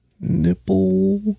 nipple